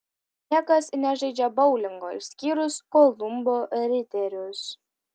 niekas nežaidžia boulingo išskyrus kolumbo riterius